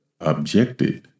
objected